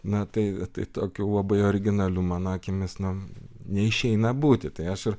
na tai tai tokiu labai originaliu mano akimis nu neišeina būti tai aš ir